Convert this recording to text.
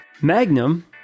Magnum